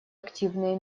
активные